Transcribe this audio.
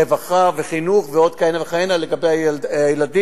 רווחה וחינוך ועוד כהנה וכהנה לגבי הילדים,